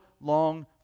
long